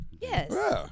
Yes